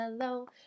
hello